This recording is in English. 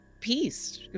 peace